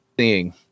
seeing